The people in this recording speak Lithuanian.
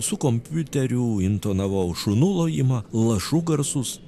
su kompiuteriu intonavau šunų lojimą lašų garsus